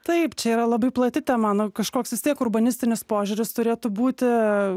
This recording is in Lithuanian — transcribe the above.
taip čia yra labai plati tema nu kažkoks vis tiek urbanistinis požiūris turėtų būti